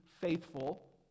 faithful